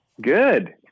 Good